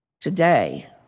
today